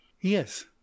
Yes